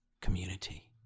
community